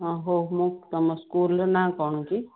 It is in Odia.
ହଁ ହଉ ମୁଁ ତୁମ ସ୍କୁଲର ନା କ'ଣ କି